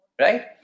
right